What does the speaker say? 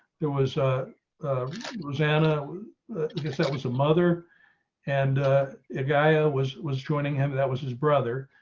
there was a rosanna guess that was a mother and it guy ah was was joining him. that was his brother,